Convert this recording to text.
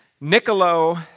Niccolo